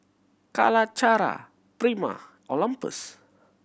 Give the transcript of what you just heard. Calacara Prima Olympus